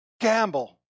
gamble